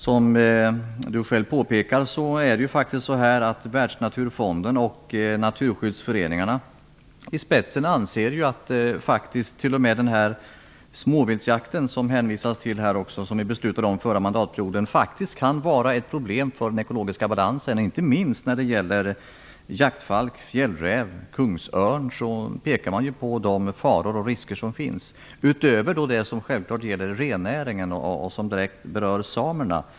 Som miljöministern själv påpekade anser faktiskt Världsnaturfonden och naturskyddsföreningarna att t.o.m. småviltsjakten, som det också hänvisas till här och som vi beslutade om förra mandatperioden, kan vara ett problem för den ekologiska balansen. Inte minst när det gäller jaktfalk, fjällräv och kungsörn pekar man på de faror och risker som finns utöver vad som självfallet gäller rennäringen och som direkt berör samerna.